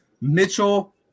Mitchell